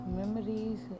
memories